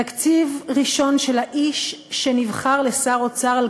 תקציב ראשון של האיש שנבחר לשר אוצר על